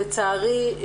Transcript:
לצערי,